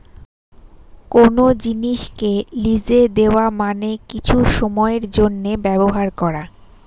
কোন জিনিসকে লিজে দেওয়া মানে কিছু সময়ের জন্যে ব্যবহার করা